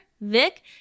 Vic